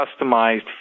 customized